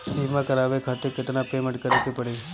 बीमा करावे खातिर केतना पेमेंट करे के पड़ी?